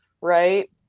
right